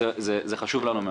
זה חשוב לנו מאוד.